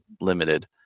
limited